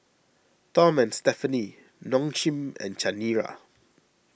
Tom and Stephanie Nong Shim and Chanira